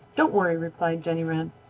don't worry, replied jenny wren.